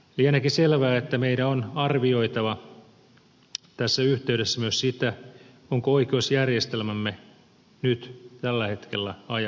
lieneekin selvä että meidän on arvioitava tässä yhteydessä myös sitä onko oikeusjärjestelmämme nyt tällä hetkellä ajan tasalla